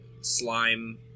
slime